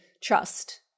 trust